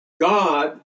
God